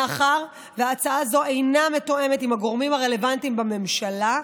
מאחר שהצעה זו אינה מתואמת עם הגורמים הרלוונטיים בממשלה,